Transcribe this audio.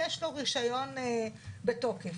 יש לו רישיון בתוקף.